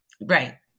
Right